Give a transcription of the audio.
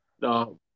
no